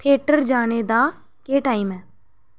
theatre जाने दा केह् टाइम ऐ